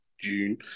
june